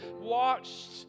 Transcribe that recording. watched